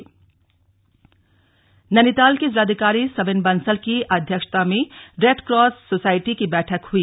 बैठक नैनीताल के जिलाधिकारी सविन बंसल की अध्यक्षता में रेड क्रॉस सोसाइटी की बैठक हुई